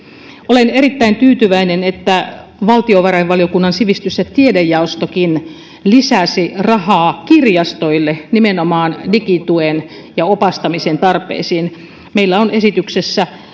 olen erittäin tyytyväinen että valtiovarainvaliokunnan sivistys ja tiedejaostokin lisäsi rahaa kirjastoille nimenomaan digituen ja opastamisen tarpeisiin meillä on esityksessä